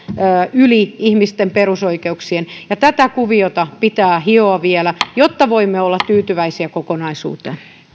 yli ihmisten perusoikeuksien tätä kuviota pitää hioa vielä jotta voimme olla tyytyväisiä kokonaisuuteen